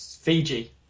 Fiji